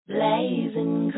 Blazing